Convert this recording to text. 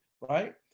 right